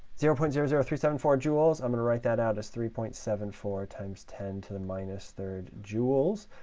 zero point zero zero three seven four joules, i'm going to write that out as three point seven four times ten to the minus third joules.